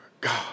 God